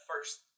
first